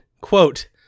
quote